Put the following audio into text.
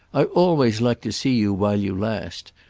i always like to see you while you last.